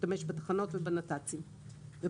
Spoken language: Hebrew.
להשתמש בתחנות ובנתיבי התחבורה הציבורית.